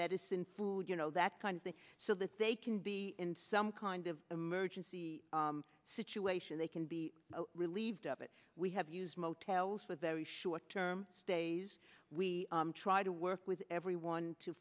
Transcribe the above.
medicine food you know that kind of thing so that they can be in some kind of emergency situation they can be relieved of it we have used motels with very short term stays we try to work with everyone to